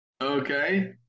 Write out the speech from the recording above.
Okay